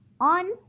On